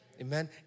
Amen